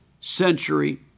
century